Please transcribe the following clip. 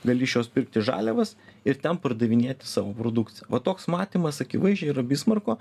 gali iš jos pirkti žaliavas ir ten pardavinėti savo produkciją va toks matymas akivaizdžiai yra bismarko